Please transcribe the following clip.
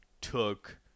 took